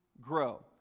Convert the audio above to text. grow